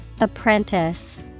Apprentice